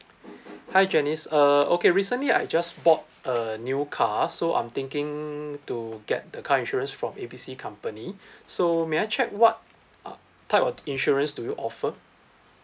hi janice uh okay recently I just bought a new car so I'm thinking to get the car insurance from A B C company so may I check what uh type of insurance do you offer